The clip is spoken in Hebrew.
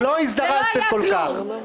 ולא הזדרזתם כל כך.